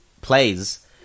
plays